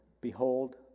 behold